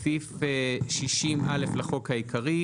תיקון סעיף 606.בסעיף 60(א) לחוק העיקרי,